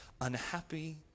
unhappy